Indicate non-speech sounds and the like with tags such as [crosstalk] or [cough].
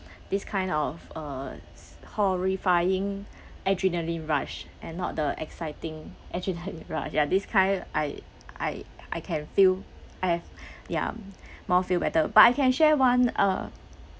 this kind of a s~ horrifying adrenaline rush and not the exciting adrenaline rush ya this kind I I I can feel I have [breath] ya more feel better but I can share one uh